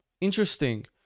interesting